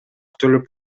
төлөп